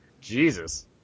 Jesus